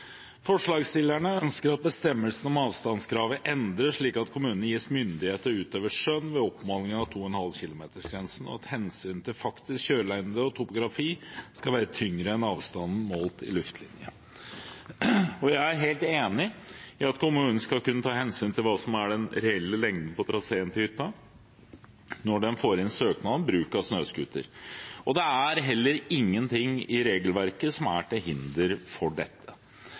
Forslagsstillerne ønsker at bestemmelsen om avstandskravet endres, slik at kommunene gis myndighet til å utøve skjønn ved oppmåling av 2,5 km-grensen, og at hensyn til faktisk kjørelengde og topografi skal veie tyngre enn avstanden målt i luftlinje. Jeg er helt enig i at kommunen skal kunne ta hensyn til hva som er den reelle lengden på traseen til hytta, når de får inn søknad om bruk av snøscooter. Det er heller ingenting i regelverket som er til hinder for dette.